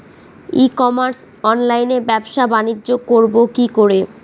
ই commerce অনলাইনে ব্যবসা বানিজ্য করব কি করে?